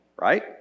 right